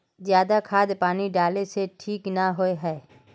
ज्यादा खाद पानी डाला से ठीक ना होए है?